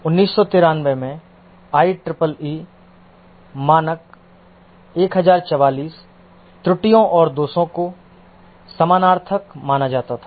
1993 में IEEE मानक 1044 त्रुटियों और दोषों को समानार्थक माना जाता था